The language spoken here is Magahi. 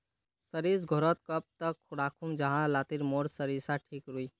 सरिस घोरोत कब तक राखुम जाहा लात्तिर मोर सरोसा ठिक रुई?